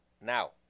Now